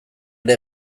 ere